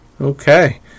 Okay